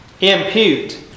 Impute